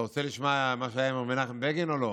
אתה רוצה לשמוע מה שהיה עם מנחם בגין או לא?